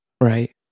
Right